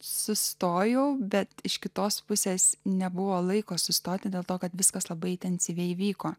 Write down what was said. sustojau bet iš kitos pusės nebuvo laiko sustoti dėl to kad viskas labai intensyviai įvyko